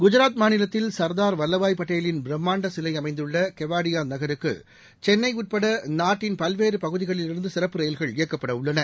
குஜராத் மாநிலத்தில் சர்தார் வல்லபாய் பட்டேலின் பிரம்மாண்ட சிலை அமைந்துள்ள கெவாடியா நகருக்கு சென்னை உட்பட நாட்டின் பல்வேறு பகுதிகளிலிருந்து சிறப்பு ரயில்கள் இயக்கப்பட உள்ளன